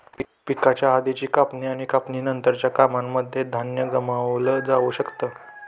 पिकाच्या आधीची कापणी आणि कापणी नंतरच्या कामांनमध्ये धान्य गमावलं जाऊ शकत